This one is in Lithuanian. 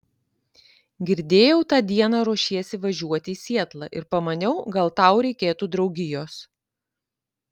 girdėjau tą dieną ruošiesi važiuoti į sietlą ir pamaniau gal tau reikėtų draugijos